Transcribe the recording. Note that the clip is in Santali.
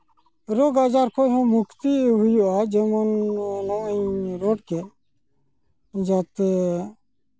ᱨᱳᱜᱽ ᱟᱡᱟᱨ ᱠᱷᱚᱡ ᱦᱚᱸ ᱢᱩᱠᱛᱤ ᱦᱩᱭᱩᱜᱼᱟ ᱡᱮᱢᱚᱱ ᱱᱚᱜᱼᱚᱸᱭ ᱤᱧ ᱨᱚᱲ ᱠᱮᱫ ᱡᱟᱛᱮ